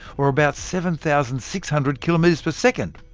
or about seven thousand six hundred kilometres per second.